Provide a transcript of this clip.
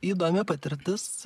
įdomi patirtis